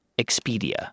Expedia